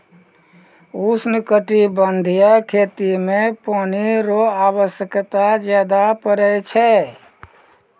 उष्णकटिबंधीय खेती मे पानी रो आवश्यकता ज्यादा पड़ै छै